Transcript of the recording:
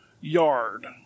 yard